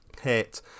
hit